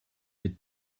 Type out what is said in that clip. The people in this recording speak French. des